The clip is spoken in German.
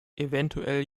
eventuell